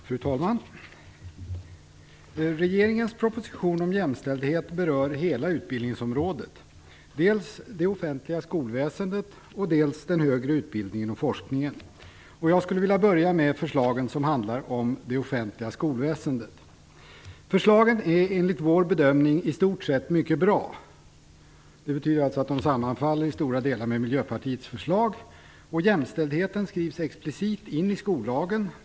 Fru talman! Regeringens proposition om jämställdhet berör hela utbildningsområdet - dels det offentliga skolväsendet, dels högre utbildning och forskning. Jag vill börja med förslagen som handlar om det offentliga skolväsendet. Förslagen är enligt vår bedömning i stort sett mycket bra, dvs. de sammanfaller till stora delar med Miljöpartiets förslag. Jämställdheten skrivs explicit in i skollagen.